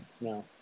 No